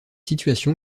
situation